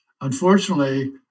Unfortunately